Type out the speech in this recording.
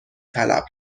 طلب